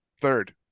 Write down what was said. Third